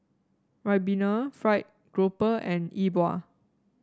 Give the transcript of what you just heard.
ribena fried grouper and Yi Bua